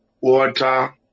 water